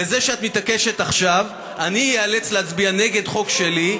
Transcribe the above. בזה שאת מתעקשת עכשיו אני איאלץ להצביע נגד חוק שלי,